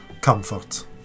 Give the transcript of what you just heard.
comfort